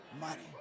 money